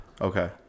Okay